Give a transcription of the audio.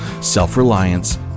Self-Reliance